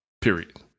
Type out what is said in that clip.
period